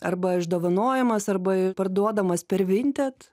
arba išdovanojamos arba parduodamos per vinted